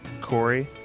Corey